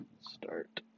Start